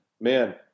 man